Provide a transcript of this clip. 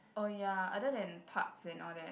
orh ya other than parks than all that